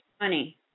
money